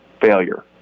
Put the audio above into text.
failure